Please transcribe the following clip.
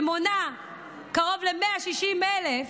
שמונה קרוב ל-160,000,